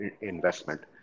investment